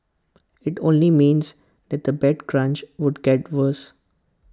IT only means that the bed crunch would get worse